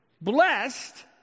blessed